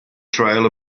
trail